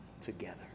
together